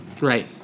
Right